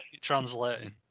translating